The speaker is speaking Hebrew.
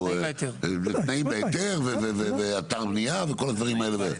תנאים להיתר, ואתר בנייה וכל הדברים האלה.